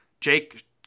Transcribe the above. Jake